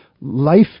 life